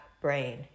brain